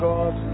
God